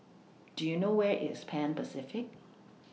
Do YOU know Where IS Pan Pacific